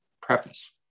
preface